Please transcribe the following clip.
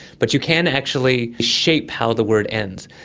but you can actually shape how the word ends.